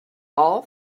all